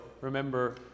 remember